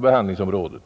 behandlingsområdet.